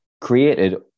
created